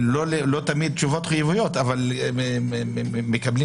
לא תמיד תשובות חיוביות, אבל מקבלים